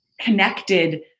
connected